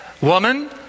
Woman